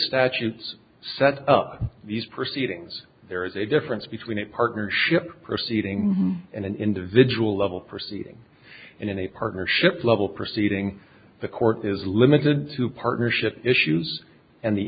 statutes set up these proceedings there is a difference between a partnership proceeding and an individual level proceeding and in a partnership level proceeding the court is limited to partnership issues and the